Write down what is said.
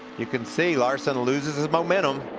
you can see larson loses his momentum.